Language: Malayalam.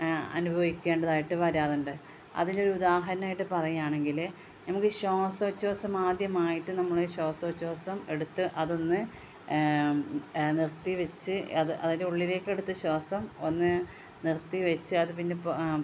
അനുഭവിക്കേണ്ടതായിട്ട് വരാറുണ്ട് അതിൽ ഒരു ഉദാഹരണമായിട്ട് പറയുകയാണെങ്കിൽ നമുക്ക് ശ്വാസോച്ഛാസം ആദ്യമായിട്ട് നമ്മൾ ശ്വാസോച്ഛാസം എടുത്ത് അതൊന്ന് നിർത്തി വച്ച് അത് അതിൻ്റെ ഉള്ളിലേക്കെടുത്ത് ശ്വാസം ഒന്ന് നിർത്തി വെച്ച് അത് പിന്നെ ആ